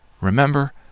remember